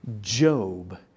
Job